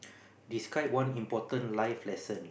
describe one important life lesson